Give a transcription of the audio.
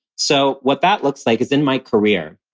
so what that looks like is in my career.